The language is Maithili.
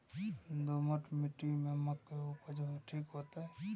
दोमट मिट्टी में मक्के उपज ठीक होते?